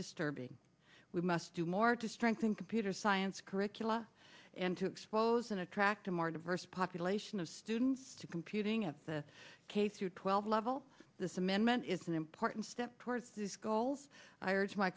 disturbing we must do more to strengthen computer science curricula and to expose and attract a more diverse population of students to computing of the case through twelve level this amendment is an important step towards these goals